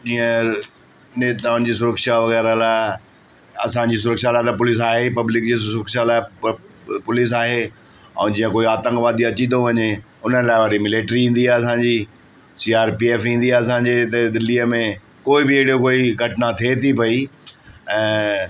हीअंर नेताऊंनि जी सुरक्षा वग़ैरह लाइ असांजी सुरक्षा लाइ त पुलिस आहे ई पब्लिक जी सुरक्षा लाइ प पुलिस आहे ऐं जीअं कोई आतंकवादी अची थो वञे उन लाइ वरी मिलट्री ईंदी आहे असांजी सी आर पी एफ़ ईंदी आहे असांजी हिते दिल्लीअ में कोई बि अहिड़ो घटना थिए थी पई ऐं